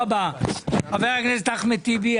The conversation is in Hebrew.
חבר הכנסת אחמד טיבי,